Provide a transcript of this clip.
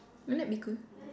won't that be cool